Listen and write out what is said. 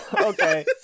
Okay